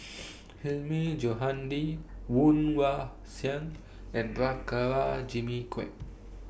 Hilmi Johandi Woon Wah Siang and Prabhakara Jimmy Quek